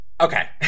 okay